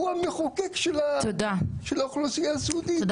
הוא המחוקק של האוכלוסייה הסיעודית.